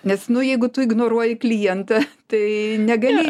nes nu jeigu tu ignoruoji klientą tai negali